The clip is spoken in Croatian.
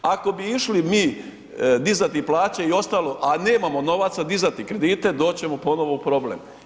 Ako bi išli mi dizati plaće i ostalo, a nemamo novaca, dizati kredite, doći ćemo ponovo u problem.